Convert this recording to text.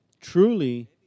Truly